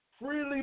freely